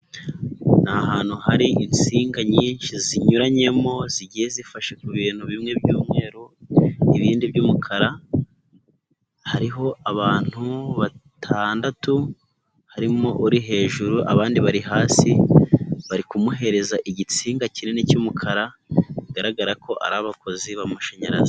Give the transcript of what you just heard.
Ni ahantu hari insinga nyinshi zinyuranyemo zigiye zifashe ku bintu bimwe by'umweru, ibindi by'umukara, hariho abantu batandatu, harimo uri hejuru abandi bari hasi, bari kumuhereza igitsinga kinini cy'umukara, bigaragara ko ari abakozi b'amashanyarazi.